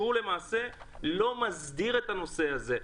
שהוא לא מסדיר את הנושא הזה.